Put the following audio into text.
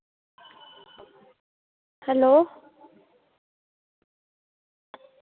hello